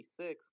26